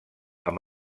amb